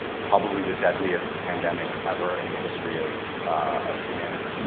probably the deadliest pandemic ever in the history of of humanity.